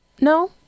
No